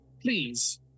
please